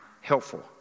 helpful